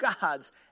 God's